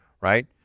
right